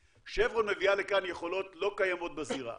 'שברון' מביאה לכאן יכולות לא קיימות בזירה